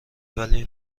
ولی